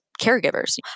caregivers